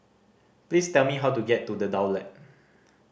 please tell me how to get to The Daulat